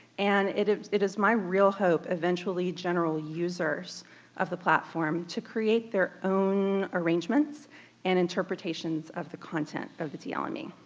and it it is my real hope, eventually general users of the platform to create their own arrangements and interpretations of the content of the dlme. ah i mean